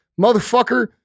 motherfucker